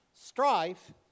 strife